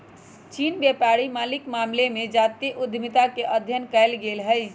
चीनी व्यापारी मालिके मामले में जातीय उद्यमिता के अध्ययन कएल गेल हइ